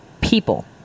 people